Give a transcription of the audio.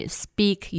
speak